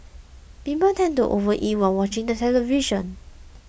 people tend to overeat while watching the television